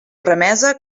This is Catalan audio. remesa